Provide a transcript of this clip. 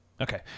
Okay